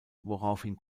woraufhin